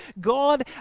God